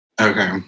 okay